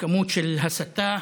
של הסתה